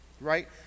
right